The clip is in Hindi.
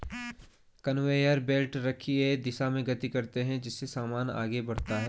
कनवेयर बेल्ट रेखीय दिशा में गति करते हैं जिससे सामान आगे बढ़ता है